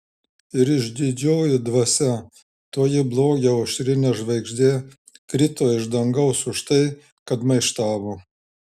ir išdidžioji dvasia toji blogio aušrinė žvaigždė krito iš dangaus už tai kad maištavo